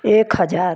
एक हजार